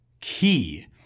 key